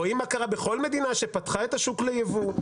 רואים מה קרה בכל מדינה שפתחה את השוק לייבוא,